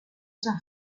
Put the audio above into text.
san